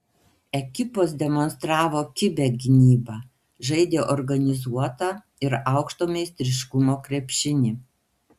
ekipos demonstravo kibią gynybą žaidė organizuotą ir aukšto meistriškumo krepšinį